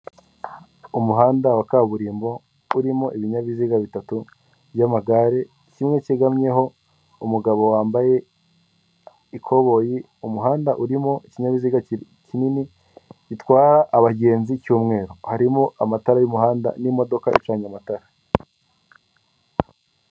Umuhanda wa kaburimbo urimo ibinyabiziga bitatu by'amagare kimwe cyegamyeho umugabo wambaye ikoboyi, umuhanda urimo ikinyabiziga kinini gitwara abagenzi cy'umweru, harimo amatara y'umuhanda n'imodoka icanye amatara.